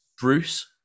Bruce